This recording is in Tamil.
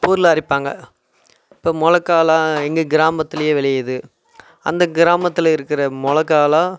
ஊரில் அரைப்பாங்க இப்போ மிளகாலாம் எங்கள் கிராமத்துலேயே விளையிது அந்த கிராமத்தில் இருக்கிற மிளகாலாம்